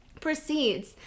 proceeds